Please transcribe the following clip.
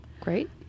Great